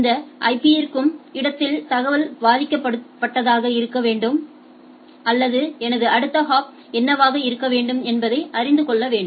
இந்த ஐபி இருக்கும் இடத்தில் தகவல் பாதிக்கப்பட்டதாக இருக்க வேண்டும் அல்லது எனது அடுத்த ஹாப் என்னவாக இருக்க வேண்டும் என்பதை அறிந்து கொள்ள வேண்டும்